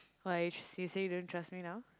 why you s~ say don't trust me now